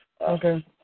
Okay